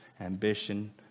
ambition